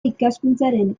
ikaskuntzaren